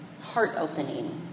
heart-opening